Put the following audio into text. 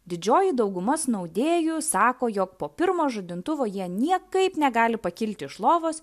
didžioji dauguma snaudėjų sako jog po pirmo žadintuvo jie niekaip negali pakilti iš lovos